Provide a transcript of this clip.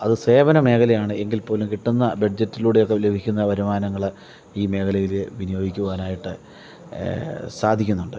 അത് സേവനമേഖലയാണ് എങ്കിൽപ്പോലും കിട്ടുന്ന ബഡ്ജറ്റിലൂടെ ഒക്കെ ലഭിക്കുന്ന വരുമാനങ്ങൾ ഈ മേഖലയിൽ വിനിയോഗിക്കുവാനായിട്ട് സാധിക്കുന്നുണ്ട്